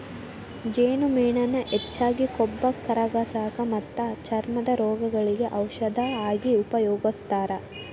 ಜೇನುಮೇಣಾನ ಹೆಚ್ಚಾಗಿ ಕೊಬ್ಬ ಕರಗಸಾಕ ಮತ್ತ ಚರ್ಮದ ರೋಗಗಳಿಗೆ ಔಷದ ಆಗಿ ಉಪಯೋಗಸ್ತಾರ